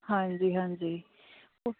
ਹਾਂਜੀ ਹਾਂਜੀ